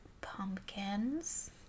Pumpkins